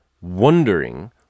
wondering